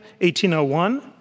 1801